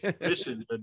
mission